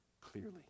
clearly